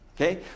Okay